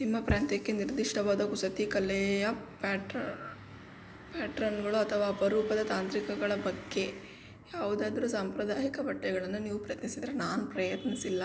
ನಿಮ್ಮ ಪ್ರಾಂತ್ಯಕ್ಕೆ ನಿರ್ದಿಷ್ಟವಾದ ಕಸೂತಿ ಕಲೆಯ ಪ್ಯಾಟ್ರ ಪ್ಯಾಟ್ರನ್ಗಳು ಅಥವಾ ಅಪರೂಪದ ತಾಂತ್ರಿಕಗಳ ಬಗ್ಗೆ ಯಾವುದಾದರು ಸಾಂಪ್ರದಾಯಿಕ ಬಟ್ಟೆಗಳನ್ನು ನೀವು ಪ್ರಯ್ತ್ನಿಸಿದ್ರಾ ನಾನು ಪ್ರಯತ್ನಿಸಿಲ್ಲ